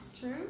True